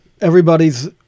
Everybody's